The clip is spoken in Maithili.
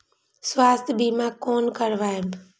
स्वास्थ्य सीमा कोना करायब?